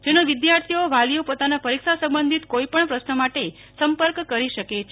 જેનો વિદ્યાર્થીઓ વાલીઓ પોતાના પરીક્ષા સંબધિત કોઈપણ પ્રશ્ન માટે સંપર્ક કરી શકે છે